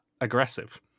aggressive